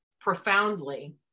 profoundly